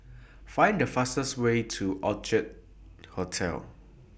Find The fastest Way to Orchid Hotel